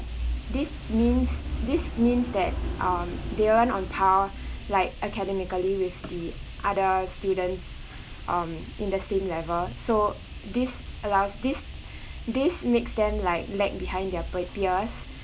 this means this means that um they aren't on par like academically with the other students um in the same level so this allows this this makes them like lag behind their pe~ peers